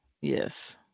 Yes